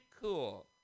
cool